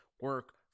Work